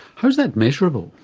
how is that measurable?